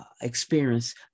experience